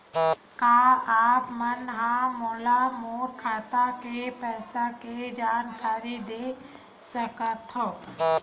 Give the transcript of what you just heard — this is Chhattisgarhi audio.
का आप मन ह मोला मोर खाता के पईसा के जानकारी दे सकथव?